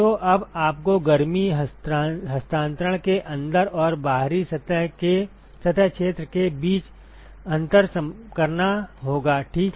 तो अब आपको गर्मी हस्तांतरण के अंदर और बाहरी सतह क्षेत्र के बीच अंतर करना होगा ठीक है